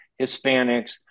Hispanics